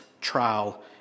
trial